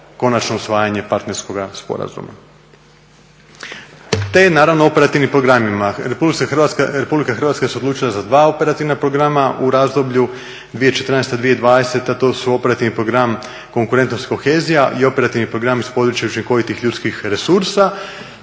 konačno usvajanje partnerskoga sporazuma. Te naravno operativnim programima, Republika Hrvatska se odlučila za dva operativna programa u razdoblju 2014.-2020. to su operativni program konkurentnost kohezija i operativni programi iz područja učinkovitih ljudskih resursa